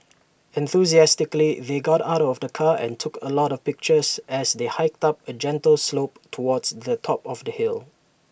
enthusiastically they got out of the car and took A lot of pictures as they hiked up A gentle slope towards the top of the hill